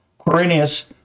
Quirinius